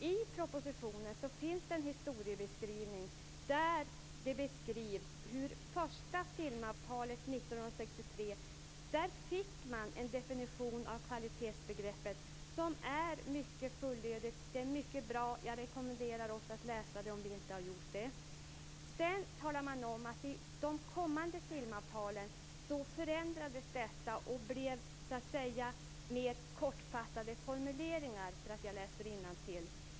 I propositionen finns det en historieskrivning där det beskrivs hur man i det första filmavtalet 1963 fick en definition av kvalitetsbegreppet som är mycket fullödig och mycket bra. Jag rekommenderar dem som inte har läst det att göra det. Sedan talar man om att detta ändrades i de kommande filmavtalen och det blev mer kortfattade formuleringar.